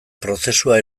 prozesua